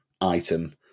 item